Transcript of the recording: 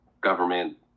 government